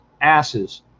asses